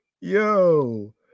Yo